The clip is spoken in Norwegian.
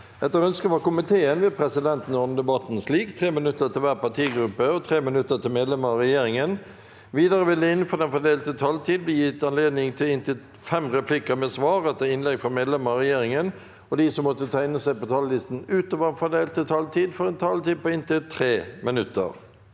kommunikasjonskomiteen vil presidenten ordne debatten slik: 3 minutter til hver partigruppe og 3 minutter til medlemmer av regjeringen. Videre vil det – innenfor den fordelte taletid – bli gitt anledning til inntil fem replikker med svar etter innlegg fra medlemmer av regjeringen, og de som måtte tegne seg på talerlisten utover den fordelte taletid, får også en taletid på inntil 3 minutter.